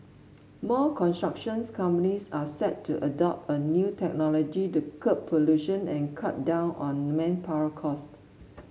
more constructions companies are set to adopt a new technology to curb pollution and cut down on manpower cost